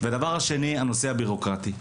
והדבר השני, הנושא הביורוקרטי.